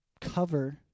cover